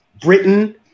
Britain